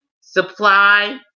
supply